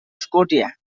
scotia